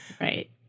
Right